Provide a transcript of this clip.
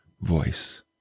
voice